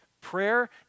Prayer